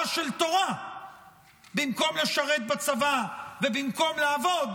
של תורה במקום לשרת בצבא ובמקום לעבוד,